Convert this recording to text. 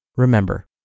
remember